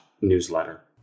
newsletter